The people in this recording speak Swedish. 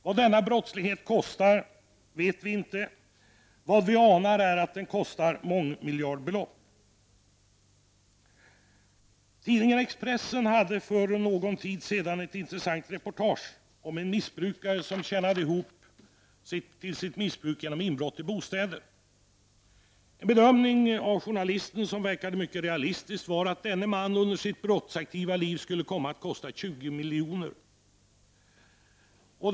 Vad denna brottslighet kostar vet vi inte, men vi anar att den kostar enskilda, stat och kommun många miljardbelopp. Tidningen Expressen hade för någon tid sedan ett intressant reportage om en missbrukare som tjänade ihop till sitt missbruk genom inbrott i bostäder. En bedömning, gjord av journalisten och som verkade mycket realistisk, var att denne man under sitt brottsaktiva liv skulle komma att kosta ca 20 milj.kr.